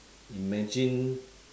imagine